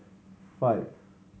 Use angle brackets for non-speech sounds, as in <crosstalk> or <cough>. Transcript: <noise> five